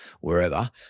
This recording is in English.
wherever